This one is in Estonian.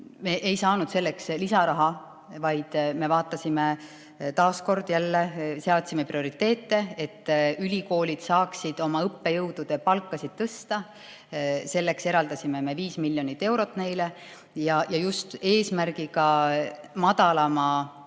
me ei saanud selleks lisaraha, vaid me vaatasime taas kord üle, jälle seadsime prioriteete, et ülikoolid saaksid oma õppejõudude palkasid tõsta. Selleks eraldasime me 5 miljonit eurot neile just eesmärgiga madalama